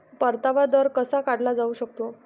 परतावा दर कसा काढला जाऊ शकतो?